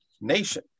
nation